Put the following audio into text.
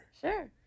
sure